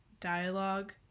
dialogue